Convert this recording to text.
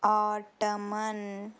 ataman